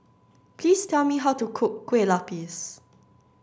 please tell me how to cook Kueh Lapis